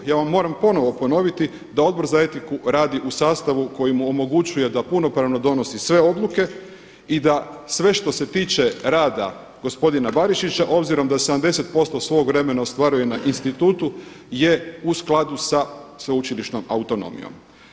Ja vam moram ponovo ponoviti da Odbor za etiku radi u sastavu koji mu omogućuje da punopravno donosi sve odluke i da sve što se tiče rada gospodina Barišića, obzirom da 70% svog vremena ostvaruje na institutu je u skladu sa sveučilišnom autonomijom.